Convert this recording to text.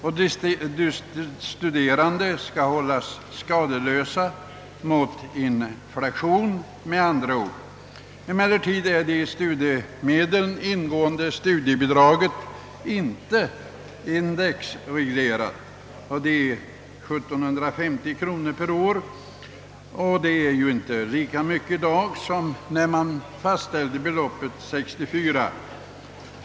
Med andra ord skall de studerande hållas skadeslösa mot inflation. Emellertid är det i studiemedlen ingående studiebidraget inte indexreglerat. De 1 750 kronor per år som det uppgår till är inte värda lika mycket i dag som när man fastställde beloppet år 1964.